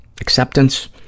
acceptance